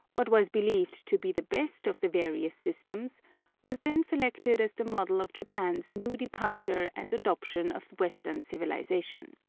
what was believed to be the best of the various systems was then selected as the model of japan's new departure and adoption of western civilization.